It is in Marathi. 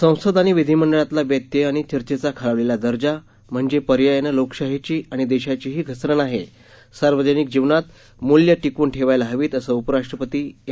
संसद आणि विधिमंडळांमधला व्यत्यय आणि चर्चेचा खालवलेला दर्जा म्हणजे पर्यायाने लोकशाहीची आणि देशाचीही घसरण आहे सार्वजनिक जीवनात मूल्य टिकवून ठेवायला हवीत असं उपराष्ट्रपती एम